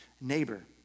neighbor